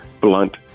blunt